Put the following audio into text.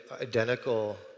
identical